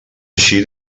així